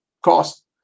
Cost